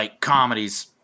comedies